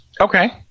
Okay